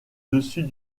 dessus